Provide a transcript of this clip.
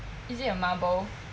is it a marble